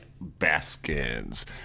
Baskins